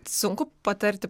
sunku patarti